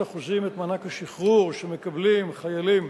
אחוזים את מענק השחרור שמקבלים חיילים